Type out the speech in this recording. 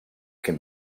can